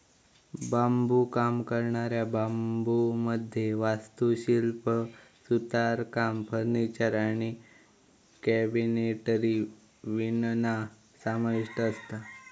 बांबुकाम करणाऱ्या बांबुमध्ये वास्तुशिल्प, सुतारकाम, फर्निचर आणि कॅबिनेटरी विणणा समाविष्ठ असता